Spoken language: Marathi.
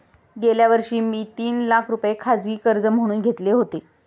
गेल्या वर्षी मी तीन लाख रुपये खाजगी कर्ज म्हणून घेतले होते